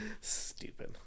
Stupid